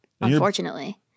unfortunately